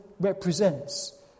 represents